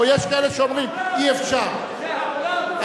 או יש כאלה שאומרים: אי-אפשר, זה העולם, זה העולם.